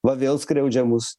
va vėl skriaudžia mus